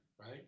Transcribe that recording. Right